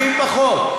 הכי פחות.